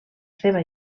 seva